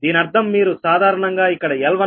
దీనర్థం మీరు సాధారణంగా ఇక్కడ L1 ఉంచితే L1 కు i123